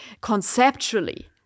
conceptually